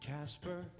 Casper